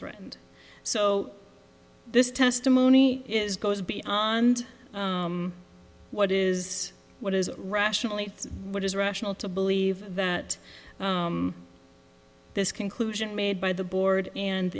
threatened so this testimony is goes beyond what is what is rationally what is rational to believe that this conclusion made by the board and